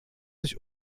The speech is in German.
sich